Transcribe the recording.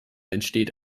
entsteht